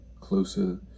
closer